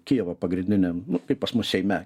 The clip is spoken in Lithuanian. kijevo pagrindiniam pas mus seime